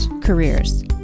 careers